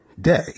day